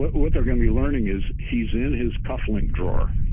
what they're gonna be learning is he's in his cufflink drawer.